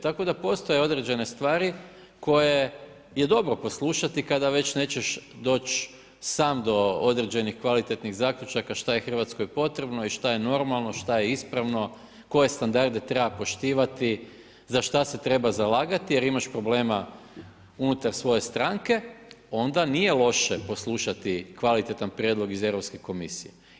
Tako da postoje određene stvari koje je dobro poslušati kada već nećeš doć sam do određenih kvalitetnih zaključaka šta je Hrvatskoj potrebno i šta je normalno, šta je ispravno koje standarde treba poštivati, za šta se treba zalagati jer imaš problema unutar svoje stranke onda nije loše poslušati kvalitetan prijedlog iz Europske komisije.